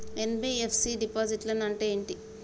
NBFC డిపాజిట్లను అంటే ఏంటి?